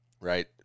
Right